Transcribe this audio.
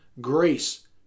grace